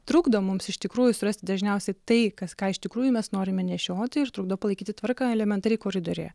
trukdo mums iš tikrųjų surasti dažniausiai tai kas ką iš tikrųjų mes norime nešioti ir trukdo palaikyti tvarką elementariai koridoriuje